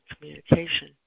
communication